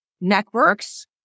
Networks